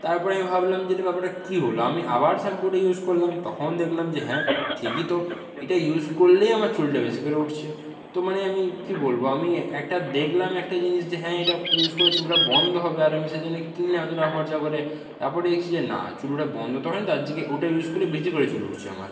তারপরে আমি ভাবলাম যে যে ব্যাপারটা কী হল আমি আবার শ্যাম্পুটা ইউজ করলাম তখন দেখলাম যে হ্যাঁ ঠিকই তো এটা ইউজ করলেই আমার চুলটা বেশি করে উঠছে তো মানে আমি কী বলব আমি একটা দেখলাম একটা জিনিস যে হ্যাঁ এটা ইউজ করে চুল ওঠা বন্ধ হবে আর আমি সে জন্যই কিনলাম এত টাকা খরচা করে তাপরে দেখছি যে না চুল ওঠা বন্ধ তো হয়নি তার জায়গায় ওটা ইউজ করলে বেশি করে চুল উঠছে আমার